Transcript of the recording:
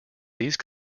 these